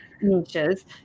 niches